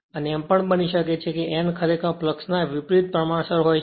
ત્યારે એમ પણ બની શકે છે કે n ખરેખર ફ્લક્ષ ના વિપરિત પ્રમાણસર હોય છે